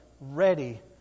ready